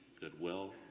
goodwill